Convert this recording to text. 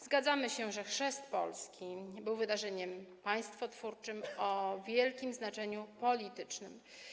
Zgadzamy się, że chrzest Polski był wydarzeniem państwotwórczym o wielkim znaczeniu politycznym.